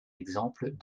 exemples